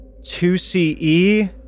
2CE